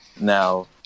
now